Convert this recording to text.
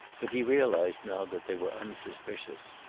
but he realized now that they were unsuspicious.